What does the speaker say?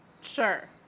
Sure